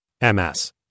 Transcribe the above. MS